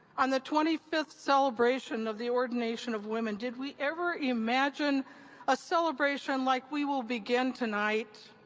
on the twenty fifth celebration of the ordination of women, did we ever imagine a celebration like we will begin tonight?